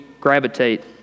gravitate